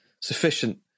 sufficient